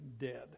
dead